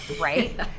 right